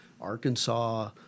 Arkansas